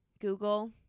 Google